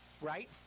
right